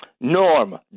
Norm